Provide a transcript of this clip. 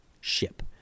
ship